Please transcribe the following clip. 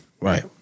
Right